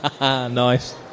Nice